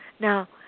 Now